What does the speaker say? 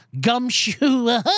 gumshoe